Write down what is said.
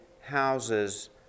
houses